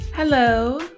Hello